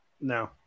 No